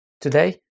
Today